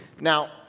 Now